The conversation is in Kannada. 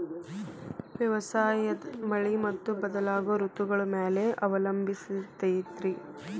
ವ್ಯವಸಾಯ ಮಳಿ ಮತ್ತು ಬದಲಾಗೋ ಋತುಗಳ ಮ್ಯಾಲೆ ಅವಲಂಬಿಸೈತ್ರಿ